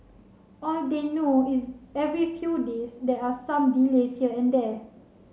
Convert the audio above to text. all they know is every few days there are some delays here and there